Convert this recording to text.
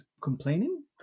complaining